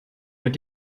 mit